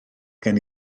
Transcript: gen